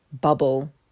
bubble